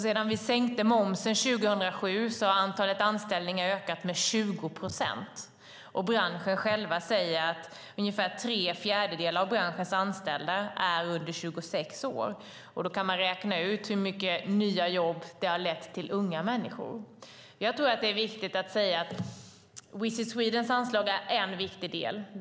Sedan vi sänkte momsen 2007 har antalet anställningar ökat med 20 procent, och branschen själv säger att ungefär tre fjärdedelar av branschens anställda är under 26 år. Då kan man räkna ut hur många nya jobb det har lett till för unga människor. Visit Swedens anslag är en viktig del.